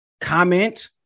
comment